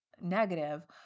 negative